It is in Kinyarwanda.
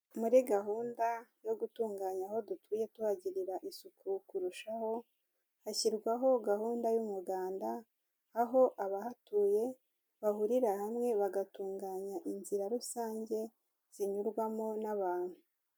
Muri gahunda yo gutunganya aho dutuye tuhagirira isuku kurushaho; hashyirwaho gahunda y'umuganda, aho abahatuye bahurira hamwe bagatunganya inzira rusange z'inyurwamo n'abantu.